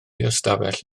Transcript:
ystafell